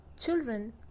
children